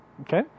Okay